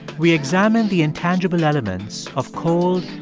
we examine the intangible elements of cold,